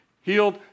healed